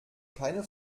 keine